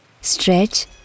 Stretch